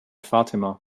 fatima